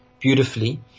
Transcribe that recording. beautifully